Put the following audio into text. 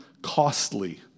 costly